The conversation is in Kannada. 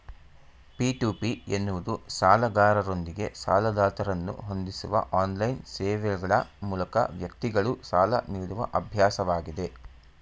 ಪಿ.ಟು.ಪಿ ಎನ್ನುವುದು ಸಾಲಗಾರರೊಂದಿಗೆ ಸಾಲದಾತರನ್ನ ಹೊಂದಿಸುವ ಆನ್ಲೈನ್ ಸೇವೆಗ್ಳ ಮೂಲಕ ವ್ಯಕ್ತಿಗಳು ಸಾಲ ನೀಡುವ ಅಭ್ಯಾಸವಾಗಿದೆ